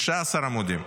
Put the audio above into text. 16 עמודים.